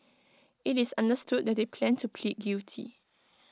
IT is understood that they plan to plead guilty